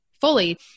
fully